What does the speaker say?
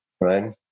right